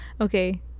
Okay